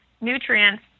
nutrients